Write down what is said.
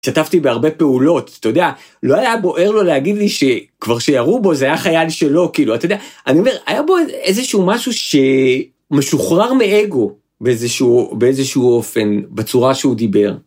השתתפתי בהרבה פעולות, אתה יודע, לא היה בוער לו להגיד לי שכבר שירו בו זה היה חייל שלו, כאילו, אתה יודע, אני אומר, היה בו איזשהו משהו שמשוחרר מאגו, באיזשהו אופן, בצורה שהוא דיבר.